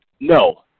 No